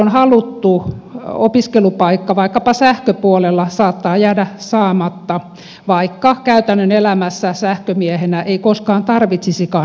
silloin haluttu opiskelupaikka vaikkapa sähköpuolella saattaa jäädä saamatta vaikka käytännön elämässä sähkömiehenä ei koskaan tarvitsisikaan ruotsin kieltä